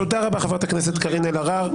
תודה רבה חברת הכנסת קארין אלהרר.